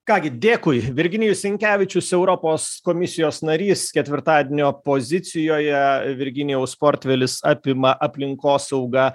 ką gi dėkui virginijus sinkevičius europos komisijos narys ketvirtadienio pozicijoje virginijaus portfelis apima aplinkosaugą